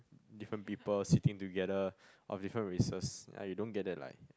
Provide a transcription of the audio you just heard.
different people sitting together of different races and you don't get that like